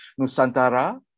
Nusantara